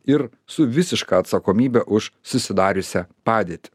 ir su visiška atsakomybe už susidariusią padėtį